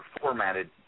formatted